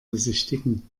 besichtigen